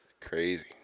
Crazy